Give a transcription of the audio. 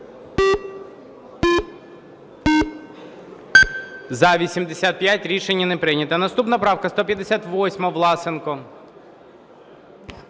За-81 Рішення не прийнято. Наступна поправка 226. Власенко,